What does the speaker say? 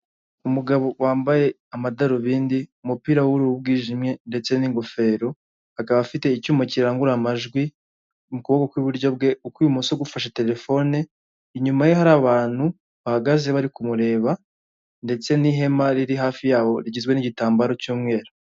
Umugabo wambaye amadarubindi, umupira w'ubururu bwijimye, ndetse n'ingofero, akaba afite icyuma kirangurura amajwi mu kuboko kw'iburyo bwe, ukw'imoso gufashe terefone, inyuma ye hari abantu bahagaze bari kumureba, ndetse n'ihema riri hafi yabo rigizwe n'igitambaro cy'umweru.